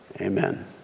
Amen